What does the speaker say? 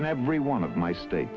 in every one of my state